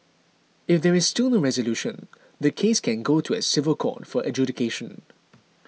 if there is still no resolution the case can go to a civil court for adjudication